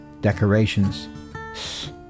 decorations